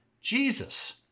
Jesus